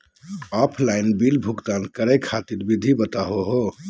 Offline bill भुगतान करे खातिर विधि बताही हो?